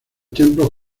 templos